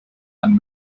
and